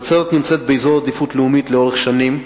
נצרת נמצאת באזור עדיפות לאומית לאורך שנים,